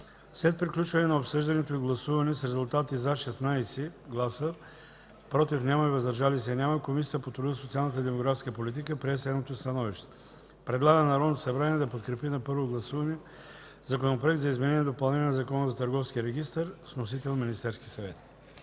След приключване на обсъждането и гласуване с резултати: „за” 16 гласа, „против” няма и „въздържали се” няма, Комисията по труда, социалната и демографската политика прие следното становище: Предлага на Народното събрание да подкрепи на първо гласуване Законопроекта за изменение и допълнение на Закона за търговския регистър, с вносител Министерският съвет.”